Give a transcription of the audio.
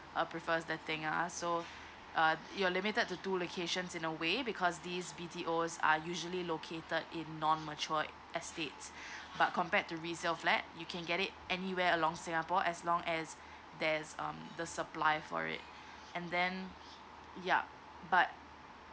uh prefers the tengah so uh you're limited to two locations in a way because this B_T_O are usually located in non matured estate but compared to resale flat you can get it anywhere along singapore as long as there's um the supply for it and then yup but